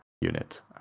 unit